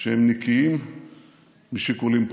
שהם נקיים משיקולים פוליטיים.